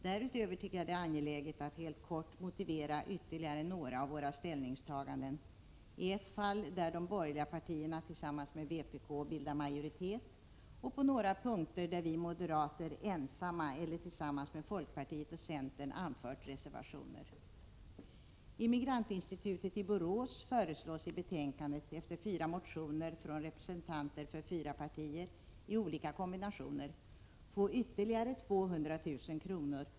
Därutöver är det, tycker jag, angeläget att helt kort motivera ytterligare några av våra ställningstaganden, i ett fall där de borgerliga partierna tillsammans med vpk bildar majoritet, och på några punkter där vi moderater ensamma eller tillsammans med folkpartiet och centern anfört reservationer. Immigrantinstitutet i Borås föreslås i betänkandet efter fyra motioner från representanter för fyra partier i olika kombinationer få ytterligare 200 000 kr.